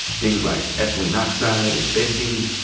things like ethylene oxide and benzene,